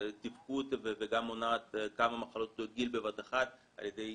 תפקוד וגם מונעת כמה מחלות גיל בבת אחת, על ידי